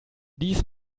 dies